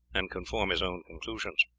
and can form his own conclusions.